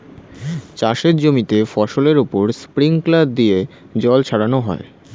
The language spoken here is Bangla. চাষের জমিতে ফসলের উপর স্প্রিংকলার দিয়ে জল ছড়ানো হয়